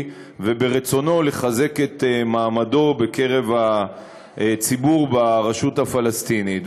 וברצונו לחזק את מעמדו בקרב הציבור ברשות הפלסטינית.